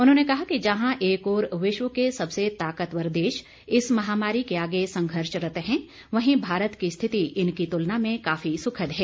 उन्होंने कहा कि जहां एक ओर विश्व के सबसे ताकतवर देश इस महामारी के आगे संघर्षरत है वहीं भारत की स्थिति इनकी तुलना में काफी सुखद है